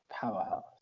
Powerhouse